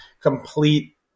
complete